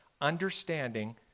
understanding